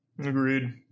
Agreed